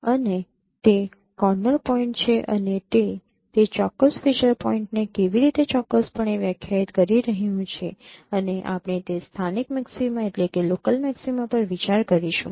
અને તે corner point છે અને તે તે ચોક્કસ ફીચર પોઈન્ટને કેવી રીતે ચોક્કસપણે વ્યાખ્યાયિત કરી રહ્યું છે અને આપણે તે સ્થાનિક મેક્સીમા પર વિચાર કરીશું